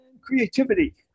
creativity